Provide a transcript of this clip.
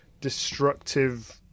destructive